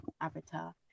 avatar